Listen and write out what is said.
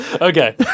okay